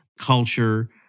culture